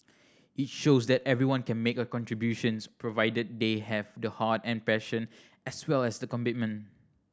it shows that everyone can make a contributions provided they have the heart and passion as well as the commitment